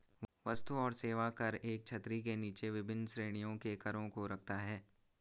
वस्तु और सेवा कर एक छतरी के नीचे विभिन्न श्रेणियों के करों को रखता है